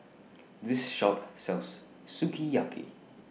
This Shop sells Sukiyaki